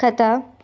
కత